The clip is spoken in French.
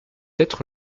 être